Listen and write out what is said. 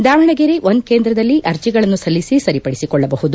Davanagere one ಕೇಂದ್ರದಲ್ಲಿ ಅರ್ಜಿಗಳನ್ನು ಸಲ್ಲಿಸಿ ಸರಿಪಡಿಸಿಕೊಳ್ಳಬಹುದು